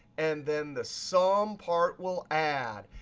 and then the sum part will add.